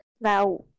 now